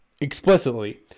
Explicitly